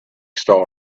star